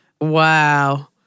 wow